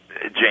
James